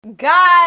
Guys